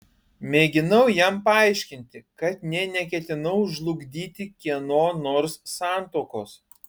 mėginau jam paaiškinti kad nė neketinau žlugdyti kieno nors santuokos